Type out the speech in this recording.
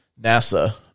NASA